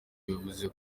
bivuze